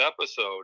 episode